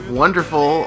wonderful